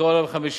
ומחירו עלה ב-5%,